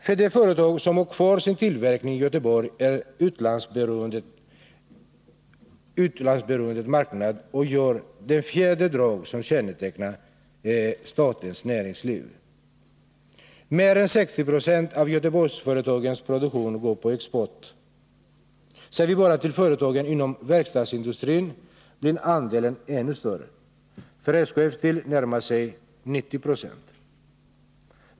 För de företag som har kvar sin tillverkning i Göteborg är utlandsberoendet markant. Det utgör det fjärde drag som kännetecknar stadens näringsliv. Mer än 60 96 av Göteborgsföretagens produktion går på export. Ser vi bara till företagen inom verkstadsindustrin blir andelen ännu större. SKF närmar sig 90 20.